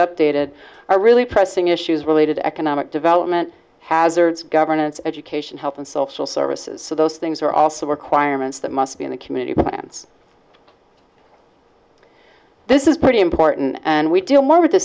updated or really pressing issues related to economic development hazards governance education health and social services so those things are also requirements that must be in the community wants this is pretty important and we deal more with the